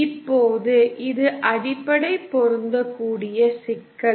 இப்போது இது அடிப்படை பொருந்தக்கூடிய சிக்கல்